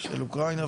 זה אוקראינה,